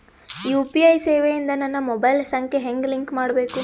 UPI ಸೇವೆ ಇಂದ ನನ್ನ ಮೊಬೈಲ್ ಸಂಖ್ಯೆ ಹೆಂಗ್ ಲಿಂಕ್ ಮಾಡಬೇಕು?